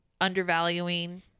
undervaluing